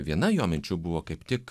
viena jo minčių buvo kaip tik